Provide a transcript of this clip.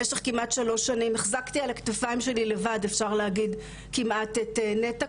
במשך כמעט שלוש שנים החזקתי על הכתפיים שלי לבד כמעט את נת"ע,